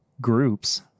groups